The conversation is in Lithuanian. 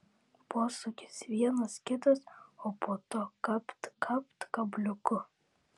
posūkis vienas kitas o po to kapt kapt kabliuku